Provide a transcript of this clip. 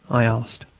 i asked.